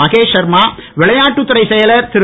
மகேஷ் ஷர்மா விளையாட்டுத்துறைச் செயலர் திரு